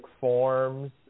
forms